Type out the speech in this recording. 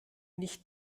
nicht